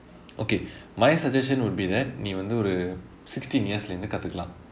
okay my suggestion would be that நீ வந்து ஒரு:nee vanthu oru sixteen years leh இருந்து கத்துக்கலாம்:irunthu katthukalaam